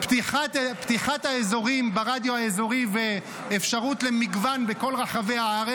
פתיחת האזורים ברדיו האזורי ואפשרות למגוון בכל רחבי הארץ,